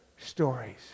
Stories